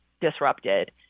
disrupted